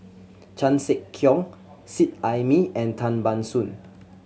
Chan Sek Keong Seet Ai Mee and Tan Ban Soon